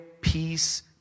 peace